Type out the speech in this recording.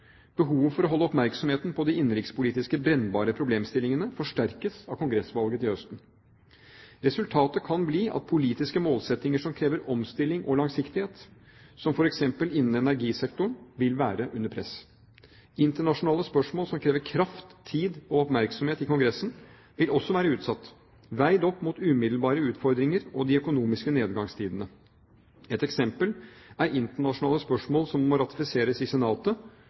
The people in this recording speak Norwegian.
Behovet for å holde oppmerksomheten på de innenrikspolitisk brennbare problemstillingene forsterkes av kongressvalget til høsten. Resultatet kan bli at politiske målsettinger som krever omstilling og langsiktighet – som f.eks. innen energisektoren – vil være under press. Internasjonale spørsmål som krever kraft, tid og oppmerksomhet i Kongressen, vil også være utsatt, veid opp mot de umiddelbare utfordringene de økonomiske nedgangstidene har skapt. Et eksempel er internasjonale spørsmål som må ratifiseres i Senatet